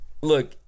Look